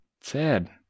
Sad